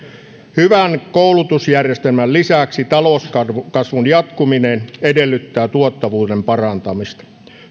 hyvän koulutusjärjestelmän lisäksi talouskasvun jatkuminen edellyttää tuottavuuden parantamista